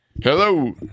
Hello